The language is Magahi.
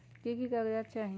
की की कागज़ात चाही?